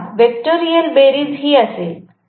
आता व्हॅक्टोरियल बेरीज ही असेल